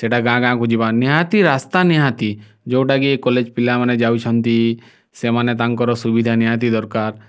ସେଇଟା ଗାଁ ଗାଁକୁ ଯିବା ନିହାତି ରାସ୍ତା ନିହାତି ଯେଉଁଟା କି କଲେଜ ପିଲାମାନେ ଯାଉଛନ୍ତି ସେମାନେ ତାଙ୍କର ସୁବିଧା ନିହାତି ଦରକାର